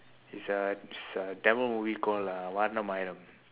is a is a tamil movie called uh vaaranam aayiram